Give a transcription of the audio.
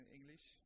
English